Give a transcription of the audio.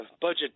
budget